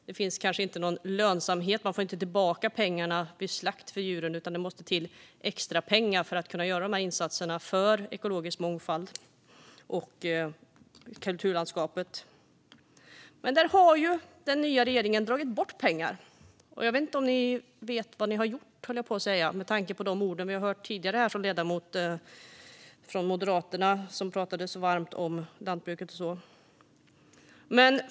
Det finns kanske ingen lönsamhet; man får inte tillbaka pengarna vid slakt av djuren, utan det måste till extrapengar för att man ska kunna göra de här insatserna för ekologisk mångfald och kulturlandskapet. Här har dock den nya regeringen dragit bort pengar. Med tanke på de ord vi hörde från ledamoten från Moderaterna tidigare vet jag inte om regeringen vet vad den har gjort, höll jag på att säga. Det pratades varmt om lantbruket och så vidare.